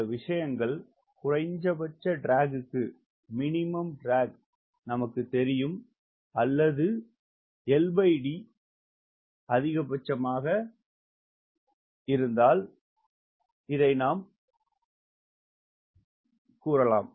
இந்த விஷயங்கள் குறைந்தபட்ச ட்ராக்க்கு நமக்குத் தெரியும் அல்லது L d அதிகபட்சமாக எழுதுகிறோம்